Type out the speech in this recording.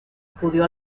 acudió